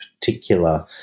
particular